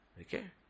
Okay